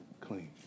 clean